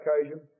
occasion